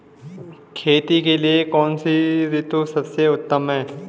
खेती के लिए कौन सी ऋतु सबसे उत्तम है?